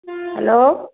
hello